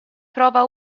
prova